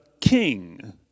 king